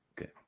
Okay